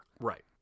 Right